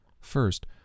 First